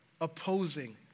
opposing